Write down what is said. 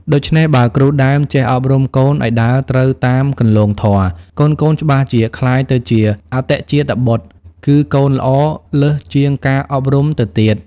ដូច្នេះ បើគ្រូដើមចេះអប់រំកូនឲ្យដើរត្រូវតាមគន្លងធម៌ កូនៗច្បាស់ជាក្លាយទៅជា អតិជាតបុត្ត គឺកូនល្អលើសជាងការអប់រំទៅទៀត ។